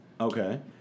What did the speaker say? Okay